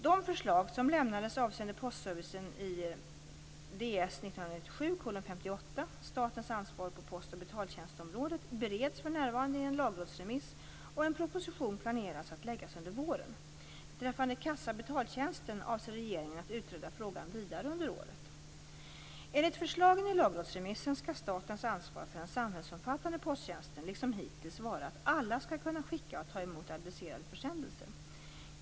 De förslag som lämnades avseende postservicen i Ds 1997:58, Statens ansvar på postoch betaltjänstområdet, bereds för närvarande i en lagrådsremiss och en proposition planeras att läggas fram under våren. Beträffande kassa-/betaltjänsten avser regeringen att utreda frågan vidare under året. Enligt förslagen i lagrådsremissen skall statens ansvar för den samhällsomfattande posttjänsten, liksom hittills, vara att alla skall kunna skicka och ta emot adresserade försändelser.